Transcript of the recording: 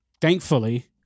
Thankfully